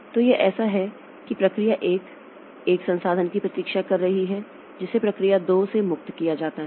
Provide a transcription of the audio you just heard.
तो यह ऐसा है कि प्रक्रिया 1 एक संसाधन की प्रतीक्षा कर रही है जिसे प्रक्रिया 2 से मुक्त किया जाना है